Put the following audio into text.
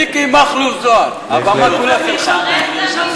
מיקי מכלוף זוהר, הבמה כולה שלך.